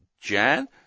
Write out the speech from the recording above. Jan